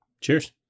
Cheers